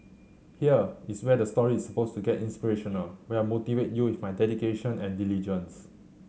here is where the story is suppose to get inspirational where I motivate you with my dedication and diligence